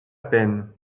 peine